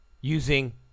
Using